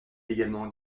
également